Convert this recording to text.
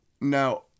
Now